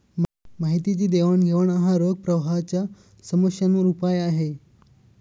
माहितीची देवाणघेवाण हा रोख प्रवाहाच्या समस्यांवर उपाय आहे